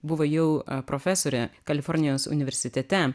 buvo jau profesore kalifornijos universitete